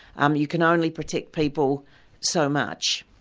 um you can only protect people so much.